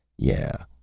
yeah,